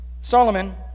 Solomon